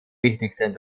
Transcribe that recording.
wichtigsten